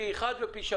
פי אחד ופי שלושה,